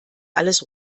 alles